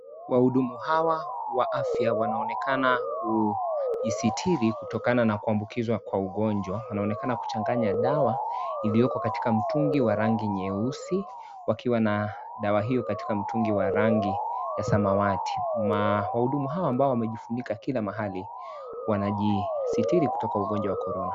Wahudumu hawa wa afya wanaonekana kujisitiri kutokana na kuambukizwa kwa ugonjwa. Wanaonekana kuchanganya dawa iliyoko katika mitungi wa rangi nyeusi wakiwa na dawa hiyo katika mtungi wa rangi ya samawati. Wahudumu hawa ambao wamejifunika kila mahali wanajisitiri kutoka ugonjwa wa Korona.